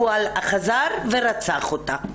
הוא חזר ורצח אותה.